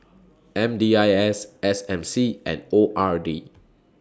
M D I S S M C and O R D